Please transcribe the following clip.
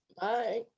Bye